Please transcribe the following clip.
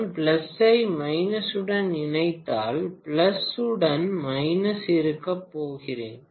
நான் பிளஸை மைனஸுடன் இணைத்தால் பிளஸ் உடன் மைனஸ் இருக்கப் போகிறேன்